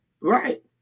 Right